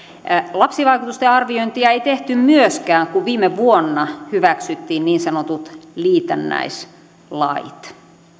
lapsivaikutusten arviointia ei tehty myöskään kun viime vuonna hyväksyttiin niin sanotut liitännäislait